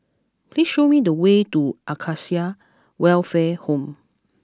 please show me the way to Acacia Welfare Home